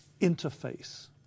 interface